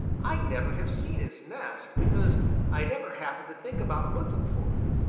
i never have seen his nest because i never happened to think about looking for it.